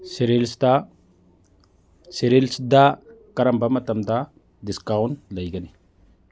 ꯁꯦꯔꯤꯜꯁꯇ ꯁꯦꯔꯤꯜꯁꯇ ꯀꯔꯝꯕ ꯃꯇꯝꯗ ꯗꯤꯁꯀꯥꯎꯟ ꯂꯩꯒꯅꯤ